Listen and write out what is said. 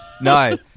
no